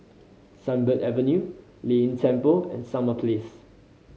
Sunbird Avenue Lei Yin Temple and Summer Place